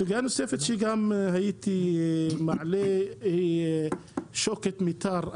סוגיה נוספת, שגם הייתי מעלה, היא שוקת מיתר.